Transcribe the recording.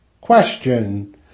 Question